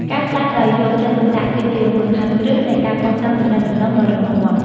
ការស្តាប់ដោយយកចិត្តទុកដាក់គឺជាមូលដ្ឋានគ្រឹះនៃការកសាងទំនាក់ទំនងដ៏រឹងមាំ។